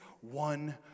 one